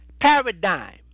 paradigm